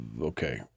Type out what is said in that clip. okay